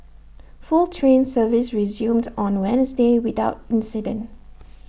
full train service resumed on Wednesday without incident